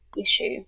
issue